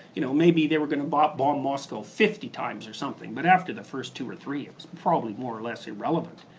you know maybe they were gonna bomb bomb moscow fifty times or something, but after the first two or three, it's probably more or less irrelevant.